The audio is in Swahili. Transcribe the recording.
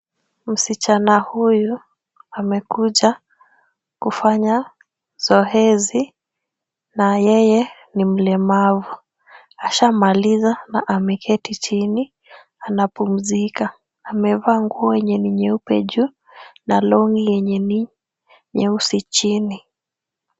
Msichana huyu amekuja kufanya zoezi na yeye ni mlemavu. Ashamaliza na ameketi chini anapumzika. Amevaa nguo yenye nyeupe juu na longi lenye ni nyeusi chini.